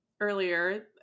earlier